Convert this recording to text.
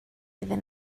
iddyn